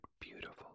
beautiful